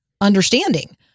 understanding